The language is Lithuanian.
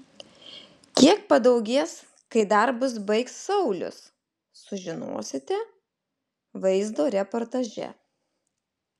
kiek padaugės kai darbus baigs saulius sužinosite vaizdo reportaže